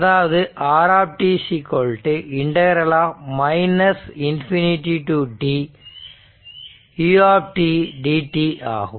அதாவது r ∞ to t ∫u dt ஆகும்